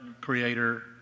creator